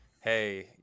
hey